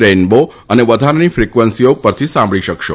rainbow તથા વધારાની ફિક્વન્સીઓ પરથી સાંભળી શકશો